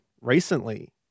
recently